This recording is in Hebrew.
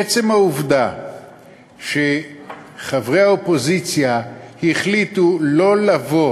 עצם העובדה שחברי האופוזיציה החליטו לא לבוא